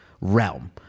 realm